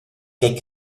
che